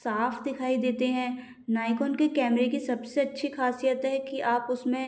साफ दिखाई देते हैं नायकोन के कैमरे की सबसे अच्छी खासियत है कि आप उसमें